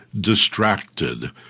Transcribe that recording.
distracted